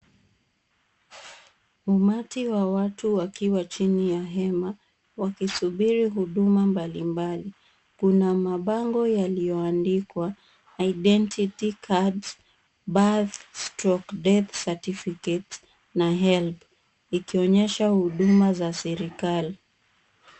Umati wa watu wakiwa chini ya hema, wakisubiri huduma mbalimbali. Kuna mabango yaliyo andikwa identity cards, birth/death certificates na helb ikionysha huduma za serikali.